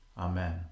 Amen